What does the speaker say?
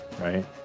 right